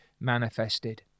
manifested